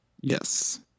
Yes